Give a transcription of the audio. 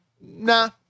nah